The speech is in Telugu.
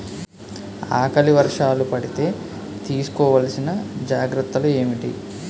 ఆకలి వర్షాలు పడితే తీస్కో వలసిన జాగ్రత్తలు ఏంటి?